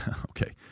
Okay